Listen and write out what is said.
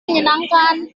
menyenangkan